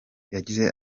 yagize